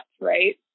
right